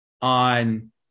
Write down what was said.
on